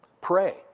pray